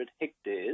hectares